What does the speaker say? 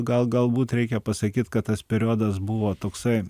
gal galbūt reikia pasakyt kad tas periodas buvo toksai